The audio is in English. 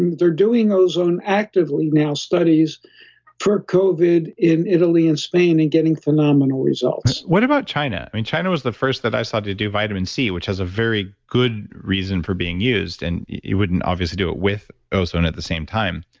they're doing ozone actively now studies for covid in italy and spain and getting phenomenal results what about china? i mean, china was the first that i saw to do vitamin c, which has a very good reason for being used, and you wouldn't obviously do it with ozone at the same time.